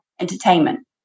entertainment